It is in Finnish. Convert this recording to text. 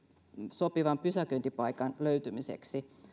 sopivan pysäköintipaikan löytämiseen